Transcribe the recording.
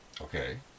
Okay